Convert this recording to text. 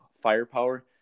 firepower